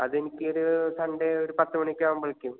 അതെനിക്കൊരു സൺഡേ ഒരു പത്തുമണിയൊക്കെ ആകുമ്പോഴേക്കും